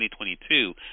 2022